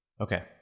Okay